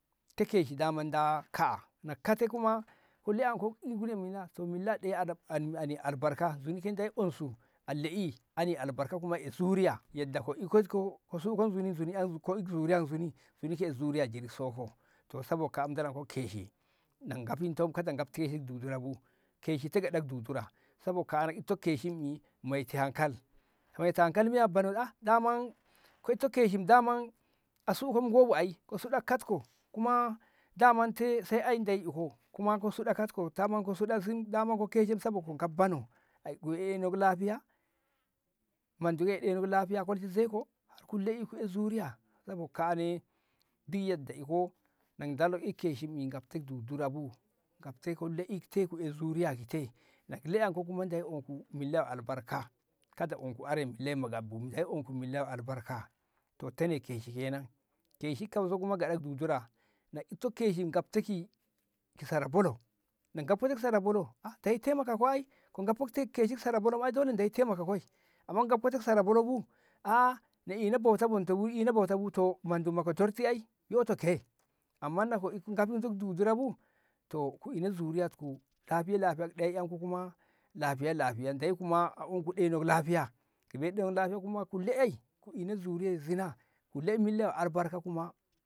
ita keshi daman dah kaa'a na kata kuma ku la'anko i ngne ki milla toh milla ani albarka nzuni ani yo albarka kuma ai zuriya yadda ka ik zuriya nzuni ke onsu zuriya yo albarka to sabo kaa'a mu dolonko keshi na gafin to ka ai gafi yo dudura bu keshi te gyaɗak dudura sabo kaa'a iko keshi ka moi hankali aa ka moi hankali bu daman ita keshiye daman a sunɗo ngo bu ai ka sunɗat kat ko kuma daman itai ai sai Deyi yo iko ka suɗat kat ko daman ita suɗat sabo ka gaf bano Deyi ai lahiya manduye ku ɗeino lahiya a koli zaiko har ku ai zuriya sabot kaa'a ne duk yad iko ni dala i keshi gaf yo dudura bu gaf te ka i zuriya ki te na ku laƴanko kuma Deyi iku zuriya yo ki albarka kada unku aree milla yo gaf bomu bu onku yo albarka to tene keshi kenan keshi kauso kuma gyaɗ yo dudura na ita keshi gafto ki sara bolo bolo na gafko ki sara bolo Deyi ke tai makanko na ka gafko keshi ki sara bolo ai deyi dole taimakanko amma na ka gafko ki sara bolo bu ta aah na ina bone bonto bu mandu ma ka torti ai yo to ke amma na ka gafin ko ki dudura bu to ku ina zuriya yo albarka Deyi kuma a unku ɗei nok lahiya ki bai ɗei nok lahiya kuma ku lai milla zuriaa yei sina kulle yo albarka ita keshi kuma.